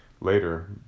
later